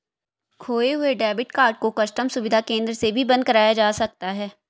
खोये हुए debit card को कस्टम सुविधा केंद्र से भी बंद कराया जा सकता है